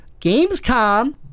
Gamescom